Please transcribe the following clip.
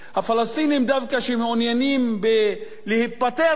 שדווקא מעוניינים להיפטר מעול הכיבוש,